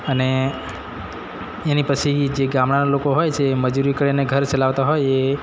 અને એની પછી જે ગામડાનાં લોકો હોય છે એ મજૂરી કરીને ઘર ચલાવતાં હોય એ